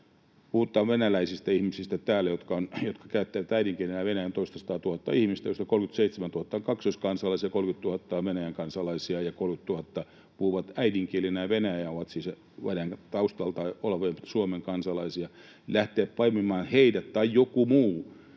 Puhutaan venäläisistä ihmisistä täällä, jotka käyttävät äidinkielenään venäjää. Heitä on toistasataatuhatta ihmistä, joista 37 000 on kaksoiskansalaisia, 30 000 on Venäjän kansalaisia ja 30 000 puhuu äidinkielenään venäjää, ovat siis taustaltaan Suomen kansalaisia. Heidän tai jonkun muun